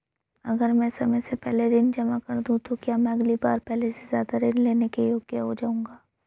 अगर मैं समय से पहले ऋण जमा कर दूं तो क्या मैं अगली बार पहले से ज़्यादा ऋण लेने के योग्य हो जाऊँगा?